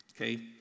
Okay